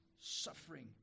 suffering